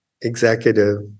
executive